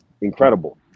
incredible